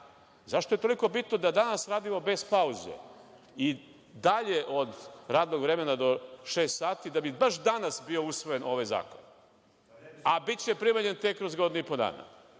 Zašto je toliko bitno da danas radimo bez pauze i dalje od radnog vremena, do šest sati, da bi baš danas bio usvojen ovaj zakon, a biće primenjen tek kroz godinu i po dana?